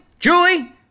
Julie